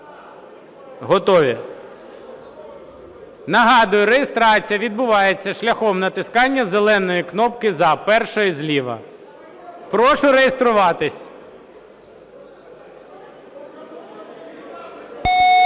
Готові. Нагадую, реєстрація відбувається шляхом натискання зеленої кнопки "за", першої зліва. Прошу реєструватись.